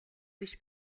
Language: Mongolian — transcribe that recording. биш